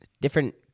Different